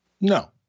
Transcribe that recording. No